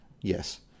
yes